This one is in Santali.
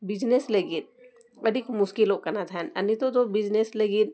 ᱞᱟᱹᱜᱤᱫ ᱟᱹᱰᱤ ᱠᱚ ᱢᱩᱥᱠᱤᱞᱚᱜ ᱠᱟᱱᱟ ᱛᱟᱦᱮᱱ ᱟᱨ ᱱᱤᱛᱳᱜ ᱫᱚ ᱞᱟᱹᱜᱤᱫ